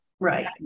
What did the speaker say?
right